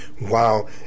Wow